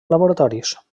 laboratoris